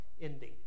ending